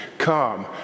Come